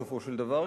בסופו של דבר,